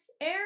air